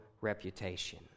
reputation